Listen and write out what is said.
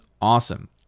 awesome